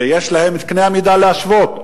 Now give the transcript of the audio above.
ויש להם קנה-המידה להשוות.